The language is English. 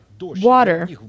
water